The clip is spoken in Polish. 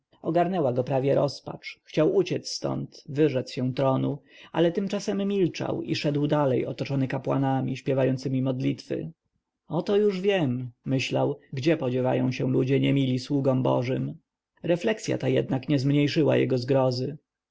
ogarnęła go prawie rozpacz chciał uciec stąd wyrzec się tronu ale tymczasem milczał i szedł dalej otoczony kapłanami śpiewającymi modlitwy oto już wiem myślał gdzie podziewają się ludzie niemili sługom bożym refleksja ta nie zmniejszyła jego zgrozy